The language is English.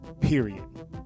period